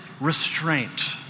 restraint